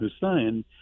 Hussein